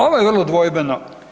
Ovo je vrlo dvojbeno.